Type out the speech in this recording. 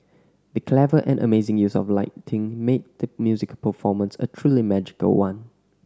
the clever and amazing use of lighting made the musical performance a truly magical one